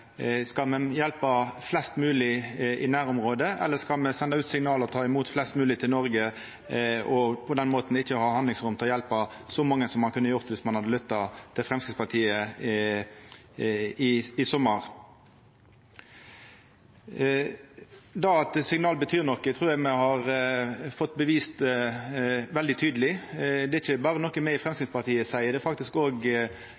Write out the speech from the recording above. Skal me hjelpa flest mogleg i nærområdet, eller skal me senda ut signal og ta imot flest mogleg til Noreg og på den måten ikkje ha handlingsrom til å hjelpa så mange ein kunne gjort viss ein hadde lytta til Framstegspartiet i sommar? At signal betyr noko, trur eg me har fått bevist veldig tydeleg. Det er ikkje berre noko me i